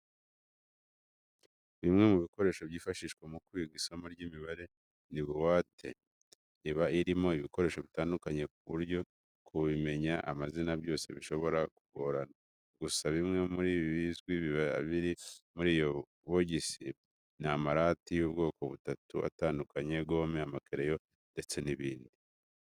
Bimwe mu bikoresho byifashishwa mu kwiga isomo ry'imibare ni buwate. Iba irimo ibikoresho bitandukanye ku buryo kubimenya amazina byose bishobora kugorana. Gusa bimwe mu bizwi biba biri muri iyo bogisi ni amarati y'ubwoko butatu butandukanye, gome, amakereyo ndetse n'ibindi.